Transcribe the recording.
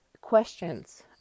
questions